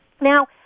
Now